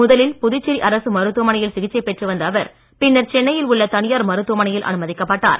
முதலில் புதுச்சேரி அரசு மருத்துவமனையில் சிகிச்சை பெற்று வந்த அவர் பின்னர் சென்னையில் உள்ள தனியார் மருத்துவமனையில் அனுமதிக்கப்பட்டார்